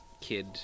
kid